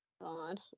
God